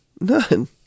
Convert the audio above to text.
none